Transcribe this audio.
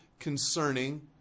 concerning